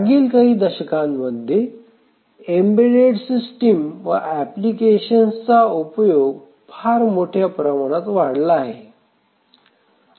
मागील काही दशकांमध्ये एम्बेडेड सिस्टीम व एप्लिकेशन्सचा उपयोग फार मोठ्या प्रमाणात वाढला आहे